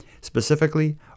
specifically